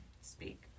speak